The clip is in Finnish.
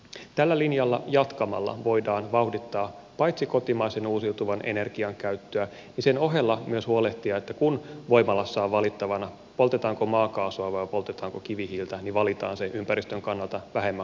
tällä linjalla jatkamalla voidaan paitsi vauhdittaa kotimaisen uusiutuvan energian käyttöä sen ohella myös huolehtia että kun voimalassa on valittavana poltetaanko maakaasua vai poltetaanko kivihiiltä niin valitaan se ympäristön kannalta vähemmän haitallinen maakaasu